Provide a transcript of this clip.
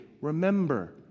remember